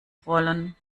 rollen